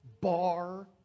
bar